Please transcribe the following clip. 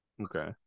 Okay